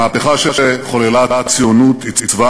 המהפכה שחוללה הציונות עיצבה